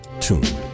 tuned